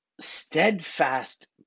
steadfast